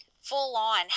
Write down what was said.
full-on